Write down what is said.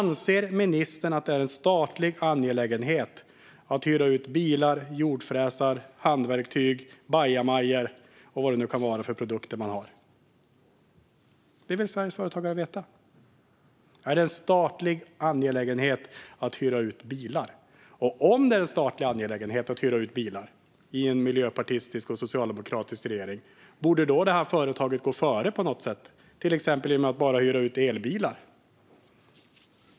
Anser ministern att det är en statlig angelägenhet att hyra ut bilar, jordfräsar, handverktyg, bajamajor och vad det nu kan vara för produkter man har? Det vill Sveriges företagare veta. Är det en statlig angelägenhet att hyra ut bilar? Och om det är en statlig angelägenhet att hyra ut bilar enligt en miljöpartistisk och socialdemokratisk regering, borde då det här företaget gå före på något sätt - till exempel genom att bara hyra ut elbilar?